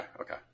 okay